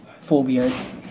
phobias